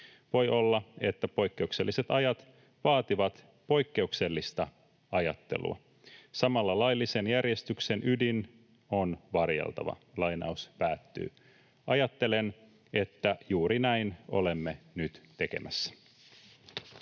Voi olla, että poikkeukselliset ajat vaativat poikkeuksellista ajattelua. Samalla laillisen järjestyksen ydin on varjeltava.” Ajattelen, että juuri näin olemme nyt tekemässä.